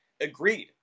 agreed